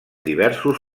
diversos